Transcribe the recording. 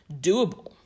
doable